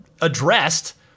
addressed